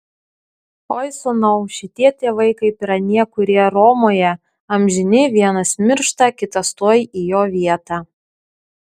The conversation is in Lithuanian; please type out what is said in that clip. oi sūnau šitie tėvai kaip ir anie kurie romoje amžini vienas miršta kitas tuoj į jo vietą